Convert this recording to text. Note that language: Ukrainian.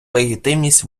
легітимність